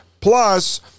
plus